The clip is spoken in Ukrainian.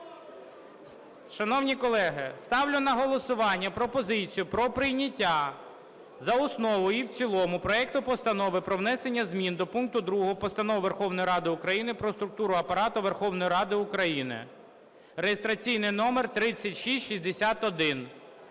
Шановні колеги, ставлю на голосування пропозицію про прийняття за основу і в цілому проекту Постанови про внесення змін до пункту 2 Постанови Верховної Ради України "Про структуру Апарату Верховної Ради України" (реєстраційний номер 3661).